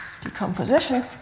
decomposition